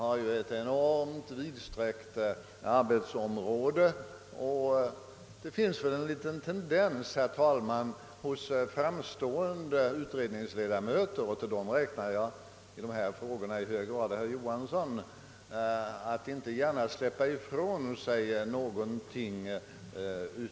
Grundlagberedningens arbetsområde är ju synnerligen vidsträckt och det finns nog, herr talman, en liten tendens hos framstående utredningsledamöter — och till dem räknar jag beträffande dessa frågor i hög grad herr Johansson — att inte gärna släppa ifrån sig någonting.